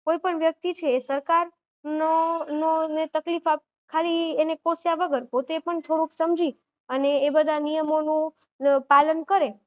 કોઈપણ વ્યક્તિ છે એ સરકારનો નો ને તકલીફ ખાલી એને કોસ્યા વગર પોતે પણ થોડુંક સમજી અને એ બધા નિયમોનું પાલન કરે